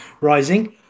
rising